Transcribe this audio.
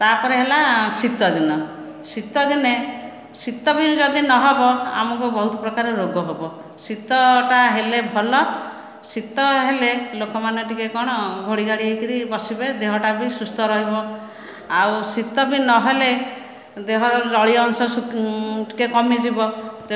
ତାପରେ ହେଲା ଶୀତ ଦିନ ଶୀତ ଦିନେ ଶୀତ ବି ଯଦି ନହବ ଆମକୁ ବହୁତ ପ୍ରକାର ରୋଗ ହେବ ଶୀତଟା ହେଲେ ଭଲ ଶୀତ ହେଲେ ଲୋକମାନେ ଟିକେ କ'ଣ ଘୋଡ଼ିଘାଡ଼ି ହେଇକରି ବସିବେ ଦେହଟା ବି ସୁସ୍ଥ ରହିବ ଆଉ ଶୀତ ବି ନହେଲେ ଦେହର ଜଳୀୟଅଂଶ ଟିକେ କମିଯିବ ତେଣୁ